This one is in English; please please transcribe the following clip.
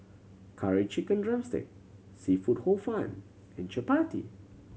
Curry Chicken drumstick seafood Hor Fun and chappati